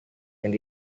yang